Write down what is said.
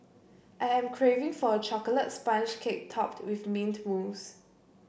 I am craving for a chocolate sponge cake topped with mint mousse